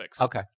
Okay